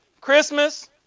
Christmas